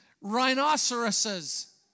Rhinoceroses